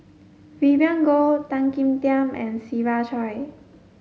Vivien Goh Tan Kim Tian and Siva Choy